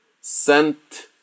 sent